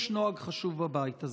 יש נוהג חשוב בבית הזה.